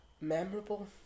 Memorable